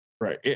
Right